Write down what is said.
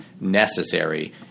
necessary